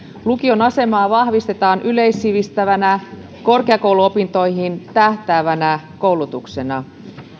lukion asemaa vahvistetaan yleissivistävänä korkeakouluopintoihin tähtäävänä koulutuksena